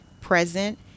present